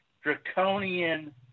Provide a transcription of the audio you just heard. draconian